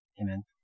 Amen